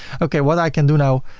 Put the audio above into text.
okay, what i can do now,